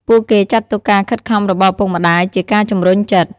ពួកគេចាត់ទុកការខិតខំរបស់ឪពុកម្តាយជាការជំរុញចិត្ត។